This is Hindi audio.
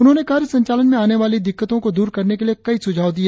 उन्होंने कार्य संचालन में आने वाली दिक्कतों को दूर करने के लिए कई सुझाव दिए